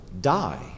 die